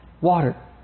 water